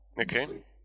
Okay